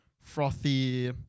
frothy